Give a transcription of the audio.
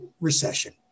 recession